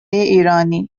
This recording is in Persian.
ایرانی